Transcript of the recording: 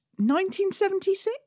1976